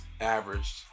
averaged